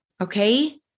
Okay